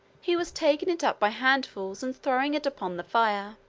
he was taking it up by handfuls and throwing it upon the fire.